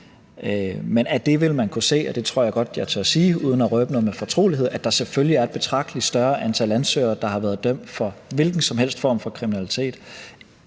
men af det vil man kunne se, og det tror jeg godt jeg tør sige uden at røbe noget med fortrolighed, at der selvfølgelig er et betragtelig større antal ansøgere, der har været dømt for en hvilken som helst form for kriminalitet,